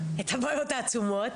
את הבעיות העצומות,